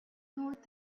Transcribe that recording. north